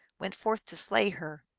went forth to slay her,